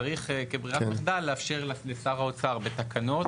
צריך כברירת מחדל לאפשר לשר המשפטים בתקנות,